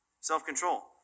Self-control